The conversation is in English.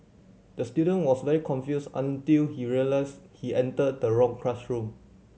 the student was very confused until he realised he entered the wrong classroom